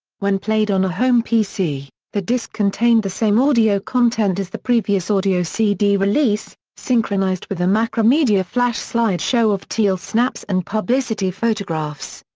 when played on a home pc, the disc contained the same audio content as the previous audio cd release, synchronized with a macromedia flash slideshow of tele-snaps and publicity photographs.